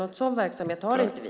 Någon sådan verksamhet har inte vi.